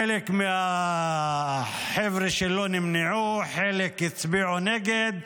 -- חלק מהחבר'ה שלו נמנעו, חלק הצביעו נגד.